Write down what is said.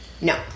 No